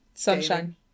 Sunshine